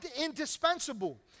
indispensable